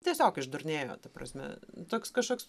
tiesiog išdurnėjo ta prasme toks kažkoks